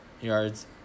Yards